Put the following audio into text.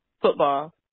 football